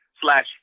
slash